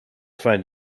find